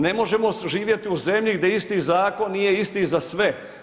Ne možemo živjeti u zemlji gdje isti zakon nije isti za sve.